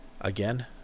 Again